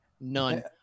None